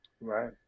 Right